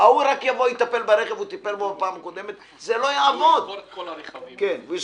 הוא יזכור את כל הרכבים.